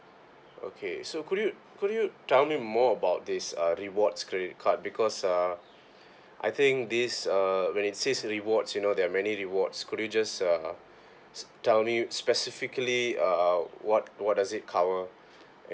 okay so could you could you tell me more about this uh rewards credit card because uh I think this err when it says rewards you know there are many rewards could you just uh tell me specifically uh what what does it cover ac~